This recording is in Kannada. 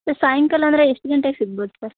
ಸರ್ ಸಾಯಂಕಾಲ ಅಂದರೆ ಎಷ್ಟು ಗಂಟೆಗೆ ಸಿಗ್ಬೋದು ಸರ್